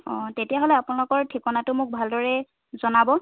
অঁ তেতিয়াহ'লে আপোনালোকৰ ঠিকনাটো মোক ভালদৰে জনাব